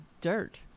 dirt